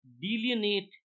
Delineate